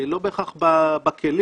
לא בהכרח בכלים,